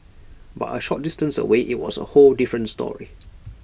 but A short distance away IT was A whole different story